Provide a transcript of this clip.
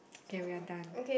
okay we're done